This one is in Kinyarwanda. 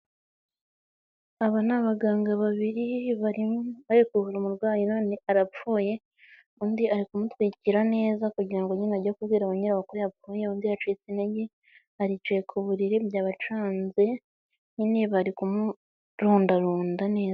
Aba ni abaganga babiri bari bari kuvura umurwayi none arapfuye undi ari kumutwikira neza kugira ngo nyine ajya kubwira banyirawo ko yapfuye, undi yacitse intege aricaye ku buriri byabacanze nyine bari kumurundarunda neza.